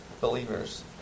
believers